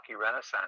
Renaissance